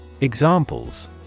Examples